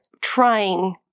trying